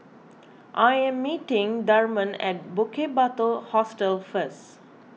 I am meeting Thurman at Bukit Batok Hostel first